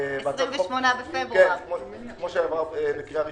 28 בפברואר, כפי שעבר בקריאה ראשונה,